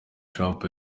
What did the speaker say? trump